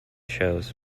shows